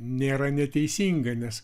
nėra neteisinga nes